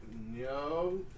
No